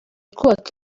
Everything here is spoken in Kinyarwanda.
kubaka